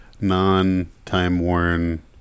non-time-worn